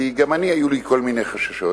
כי גם לי היו כל מיני חששות,